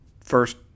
first